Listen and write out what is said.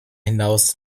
hinaus